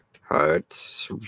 hearts